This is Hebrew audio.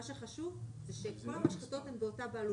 מה שחשוב זה שכל המשחטות הן באותה בעלות,